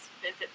visit